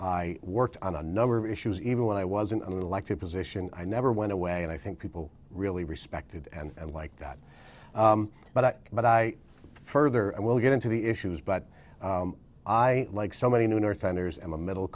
i worked on a number of issues even when i was an elected position i never went away and i think people really respected and liked that but but i further i will get into the issues but i like so many new northlanders a middle